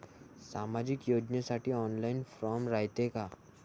सामाजिक योजनेसाठी online form रायते का?